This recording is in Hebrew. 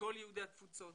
לכל יהודי התפוצות,